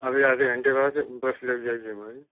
अभी आधे घंटे बाद बस लग जाएगी हमारी